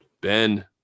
Ben